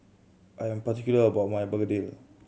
I am particular about my begedil